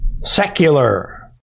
Secular